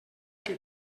que